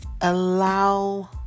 Allow